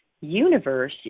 universe